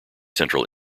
central